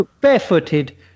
barefooted